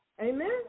Amen